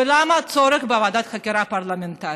ולמה הצורך בוועדת חקירה פרלמנטרית?